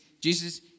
Jesus